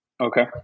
Okay